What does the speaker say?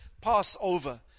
Passover